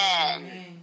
Amen